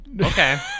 okay